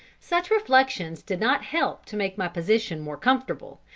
such reflections did not help to make my position more comfortable,